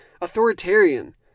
authoritarian